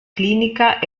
clinica